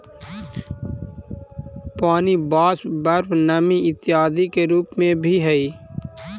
पानी वाष्प, बर्फ नमी इत्यादि के रूप में भी हई